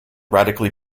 radically